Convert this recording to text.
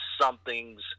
something's